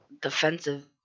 defensive